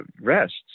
rests